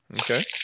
Okay